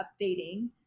updating